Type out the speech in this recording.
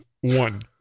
one